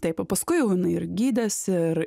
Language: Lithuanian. taip o paskui jau jinai ir gydėsi ir